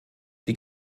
die